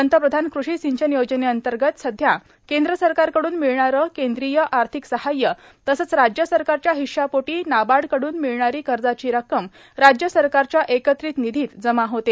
पंतप्रधान कृषी सिंचन योजनेंतर्गत सध्या केंद्र सरकारकडून मिळणारे केंद्रीय आर्थिक सहाय्य तसेच राज्य सरकारच्या हिश्शापोटी नाबार्डकडून मिळणारी कर्जाची रक्कम राज्य सरकारच्या एकत्रित निधीत जमा होते